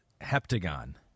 heptagon